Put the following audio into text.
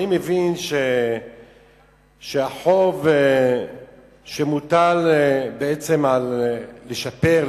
אני מבין שהחוב שמוטל בעצם לשפר,